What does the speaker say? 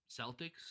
Celtics